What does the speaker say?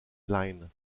line